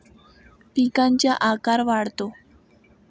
पिकांचा आकार वाढतो